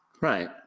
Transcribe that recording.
Right